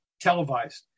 televised